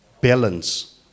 balance